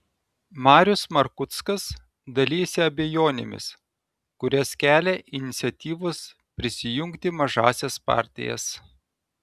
marius markuckas dalijasi abejonėmis kurias kelia iniciatyvos prisijungti mažąsias partijas